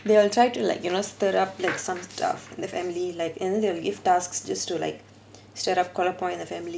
they will try to like you know stood up like some stuff in the family like and then they'll give tasks just to like குழப்பம்:kuzhapam in the family